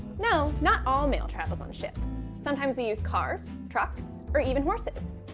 know not all mail travels on the ships sometimes we use cars trucks or even horses.